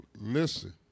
Listen